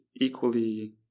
equally